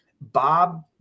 Bob